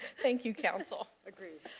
thank you, counsel. agreed.